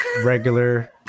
regular